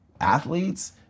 athletes